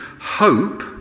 hope